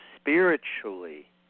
spiritually